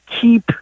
keep